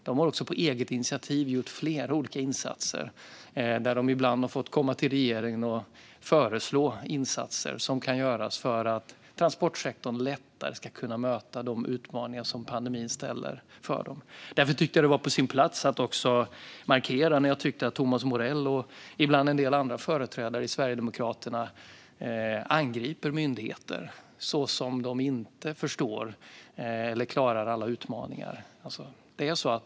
Den har också på eget initiativ gjort flera olika insatser där de ibland har fått komma till regeringen och föreslå insatser som kan göras för att transportsektorn lättare ska kunna möta de utmaningar som pandemin ställer den inför. Därför tyckte jag att det var på sin plats att markera när jag tyckte att Thomas Morell och ibland en del andra företrädare för Sverigedemokraterna angriper myndigheter som att de inte förstår eller klarar alla utmaningar.